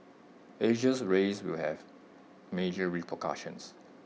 Asia's rise will have major repercussions